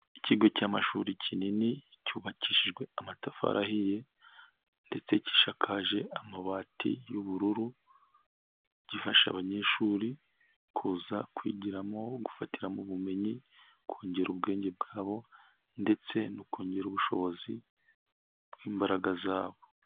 Ikigo cy'amashuri kinini cyubakishijwe amatafari ahiye ndetse gishakakaje amabati y'ubururu gifasha abanyeshuri kuza kwigiramo gufatiramo ubumenyi, kongera ubwenge bwabo ndetse no kongera ubushobozi bw'imbaraga zabo.